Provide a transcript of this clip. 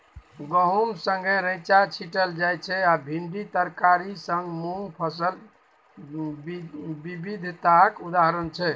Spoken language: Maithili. गहुम संगै रैंचा छीटल जाइ छै आ भिंडी तरकारी संग मुँग फसल बिबिधताक उदाहरण छै